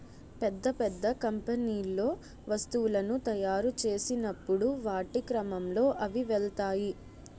పెద్ద పెద్ద కంపెనీల్లో వస్తువులను తాయురు చేసినప్పుడు వాటి క్రమంలో అవి వెళ్తాయి